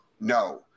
no